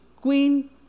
Queen